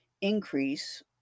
increase